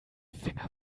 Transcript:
finger